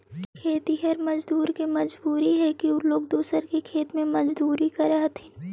खेतिहर मजदूर के मजबूरी हई कि उ लोग दूसर के खेत में मजदूरी करऽ हथिन